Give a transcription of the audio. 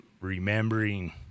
remembering